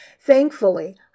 Thankfully